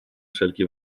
wszelki